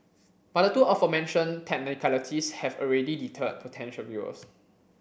but the two aforementioned technicalities have already deterred potential viewers